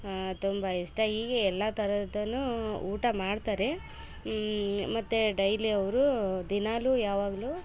ತುಂಬ ಇಷ್ಟ ಹೀಗೆ ಎಲ್ಲ ಥರದಲ್ಲೂ ಊಟ ಮಾಡ್ತಾರೆ ಮತ್ತು ಡೈಲಿ ಅವರು ದಿನಾಗಲು ಯಾವಾಗಲೂ